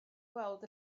weld